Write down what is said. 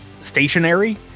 stationary